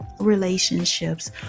relationships